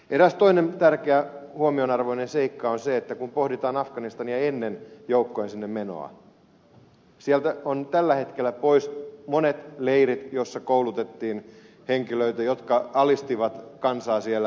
eräs toinen tärkeä huomionarvoinen seikka on se että kun pohditaan afganistania ennen joukkojen sinne menoa niin sieltä on tällä hetkellä poissa monet leirit joissa koulutettiin henkilöitä jotka alistivat kansaa siellä